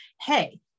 Hey